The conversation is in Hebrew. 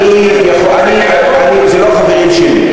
אלו לא החברים שלי.